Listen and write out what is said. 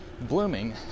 blooming